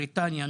בריטניה,